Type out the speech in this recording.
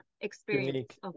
experience